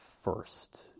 first